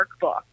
workbook